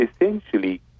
essentially